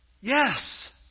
Yes